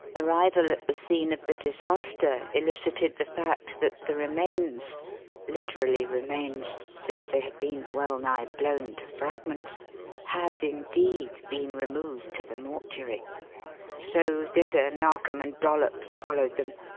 arrival at the scene of the disaster elicited the fact that the remains literally remains, since they had been well-nigh blown to fragments had, indeed, been removed to the mortuary so thither narkom and dollops followed them,